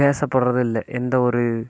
பேசப்படுறதும் இல்லை எந்த ஒரு